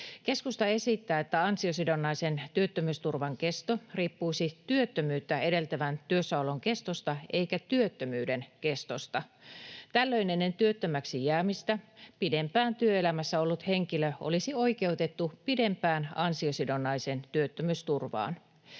Keskusta esittää, että ansiosidonnaisen työttömyysturvan kesto riippuisi työttömyyttä edeltävän työssäolon kestosta eikä työttömyyden kestosta. Tällöin ennen työttömäksi jäämistä pidempään työelämässä ollut henkilö olisi oikeutettu pidempään ansiosidonnaiseen työttömyysturvaan.